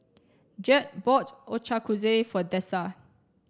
Jed bought Ochazuke for Dessa